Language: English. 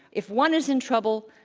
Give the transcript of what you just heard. if one is in trouble,